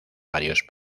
varios